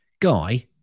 guy